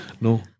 No